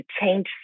change